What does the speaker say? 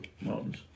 mountains